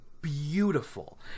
Beautiful